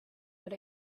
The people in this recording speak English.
but